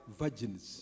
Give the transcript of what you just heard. virgins